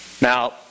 Now